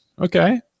Okay